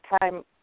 time